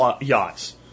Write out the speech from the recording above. yachts